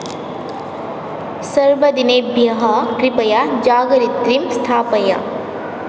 सर्वदिनेभ्यः कृपया जागरित्रीं स्थापय